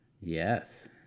Yes